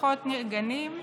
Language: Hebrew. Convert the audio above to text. פחות נרגנים,